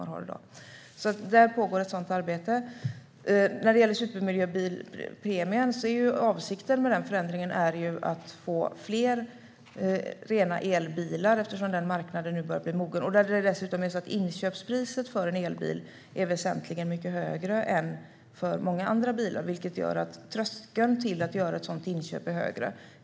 När det gäller supermiljöbilspremien är avsikten med den förändringen att få fler rena elbilar eftersom marknaden nu börjar att bli mogen. Dessutom är inköpspriset för en elbil väsentligt mycket högre än för många andra bilar, vilket gör att tröskeln för att köpa en elbil är högre.